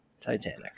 Titanic